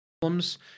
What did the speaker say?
problems